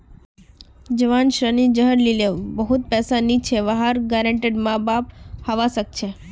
जवान ऋणी जहार लीगी बहुत पैसा नी छे वहार गारंटर माँ बाप हवा सक छे